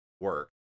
work